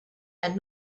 and